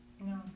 No